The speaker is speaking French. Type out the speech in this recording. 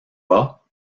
rat